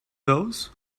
those